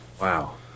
Wow